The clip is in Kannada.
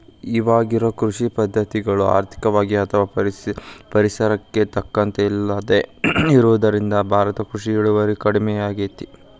ಇವಾಗಿರೋ ಕೃಷಿ ಪದ್ಧತಿಗಳು ಆರ್ಥಿಕವಾಗಿ ಅಥವಾ ಪರಿಸರಕ್ಕೆ ತಕ್ಕಂತ ಇಲ್ಲದೆ ಇರೋದ್ರಿಂದ ಭಾರತದ ಕೃಷಿ ಇಳುವರಿ ಕಡಮಿಯಾಗೇತಿ